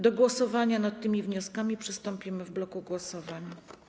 Do głosowania nad tymi wnioskami przystąpimy w bloku głosowań.